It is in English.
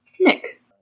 Nick